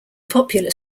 popular